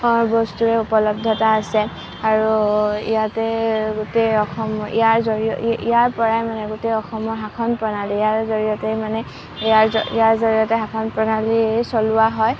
বস্তুৰে উপলব্ধতা আছে আৰু ইয়াতে গোটেই অসমৰ আৰু ইয়াৰ জড়িয়তে ইয়াৰ পৰাই মানে গোটেই অসমৰ শাসন প্ৰণালী ইয়াৰ জড়িয়তে মানে ইয়াৰ জড়িয়তে শাসন প্ৰণালী চলোৱা হয়